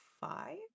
five